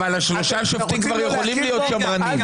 אבל שלושת השופטים יכולים להיות שמרנים.